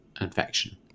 infection